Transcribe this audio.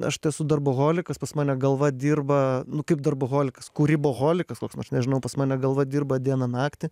aš tai esu darboholikas pas mane galva dirba nu kaip darboholikas kūryboholikas koks nors nežinau pas mane galva dirba dieną naktį